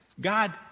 God